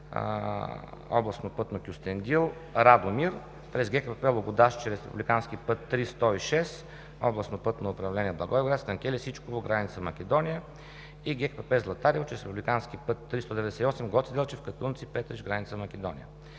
областно пътно Кюстендил – Радомир; през ГКПП „Логодаж“ – чрез републикански път III-106 – областно пътно управление Благоевград – Станке Лисичково – граница Македония и ГКПП „Златарево“ – чрез републикански път III-198 Гоце Делчев – Катунци – Петрич – граница Македония.